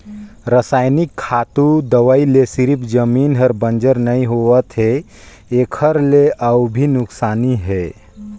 रसइनिक खातू, दवई ले सिरिफ जमीन हर बंजर नइ होवत है एखर ले अउ भी नुकसानी हे